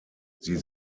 sie